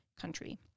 country